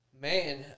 Man